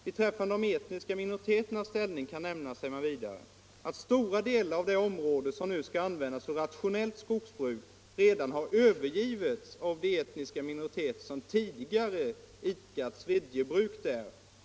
—-—-—- Beträffande de etniska minoriteternas ställning kan nämnas, att stora delar av det område som nu skall användas för ett rationellt skogsbruk redan har övergivits av de etniska minoriteter som tidigare idkat svedjebruk där.